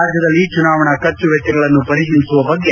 ರಾಜ್ಯದಲ್ಲಿ ಚುನಾವಣಾ ಖರ್ಚು ವೆಚ್ಲಗಳನ್ನು ಪರಿಶೀಲಿಸುವ ಬಗ್ಗೆ